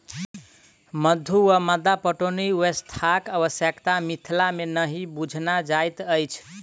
मद्दु वा मद्दा पटौनी व्यवस्थाक आवश्यता मिथिला मे नहि बुझना जाइत अछि